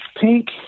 pink